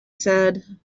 said